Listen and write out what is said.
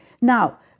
now